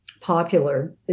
popular